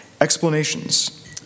explanations